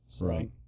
Right